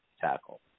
tackle